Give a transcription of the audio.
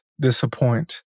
disappoint